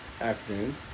Afternoon